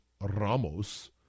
Ramos